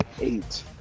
eight